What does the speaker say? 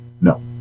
no